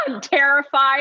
terrified